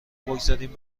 بگذاریم